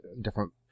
different